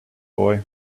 boy